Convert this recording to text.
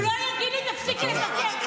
הוא לא יגיד לי: תפסיקי לקרקר.